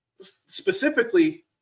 specifically